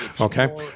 Okay